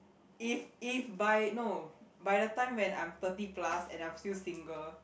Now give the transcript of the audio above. if if by no by the time when I'm thirty plus and I'm still single